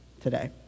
today